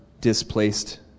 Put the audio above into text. displaced